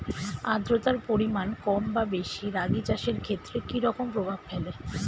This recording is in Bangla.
আদ্রতার পরিমাণ কম বা বেশি রাগী চাষের ক্ষেত্রে কি রকম প্রভাব ফেলে?